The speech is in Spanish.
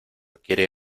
quiere